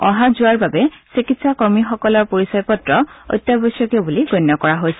অহা যোৱাৰ বাবে চিকিৎসা কৰ্মীসকলৰ পৰিচয় পত্ৰ অত্যাৱশ্যকীয় বুলি গণ্য কৰা হৈছে